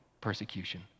persecution